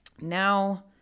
Now